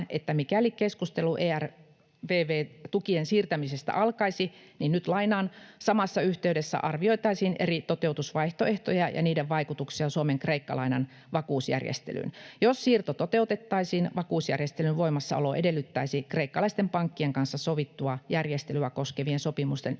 että mikäli keskustelu ERVV-tukien siirtämisestä alkaisi, niin ”samassa yhteydessä arvioitaisiin eri toteutusvaihtoehtoja ja niiden vaikutuksia Suomen Kreikka-lainan vakuusjärjestelyyn. Jos siirto toteutettaisiin, vakuusjärjestelyn voimassaolo edellyttäisi kreikkalaisten pankkien kanssa sovittua järjestelyä koskevien sopimusten neuvottelua